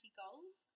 goals